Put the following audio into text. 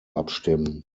abstimmen